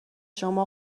شما